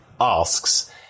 asks